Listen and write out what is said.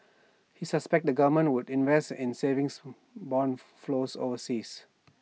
he suspects the government would invest and savings Bond flows overseas